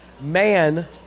Man